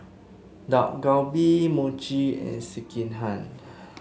Dak Galbi Mochi and Sekihan